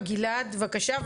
גלעד, בבקשה.